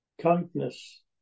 kindness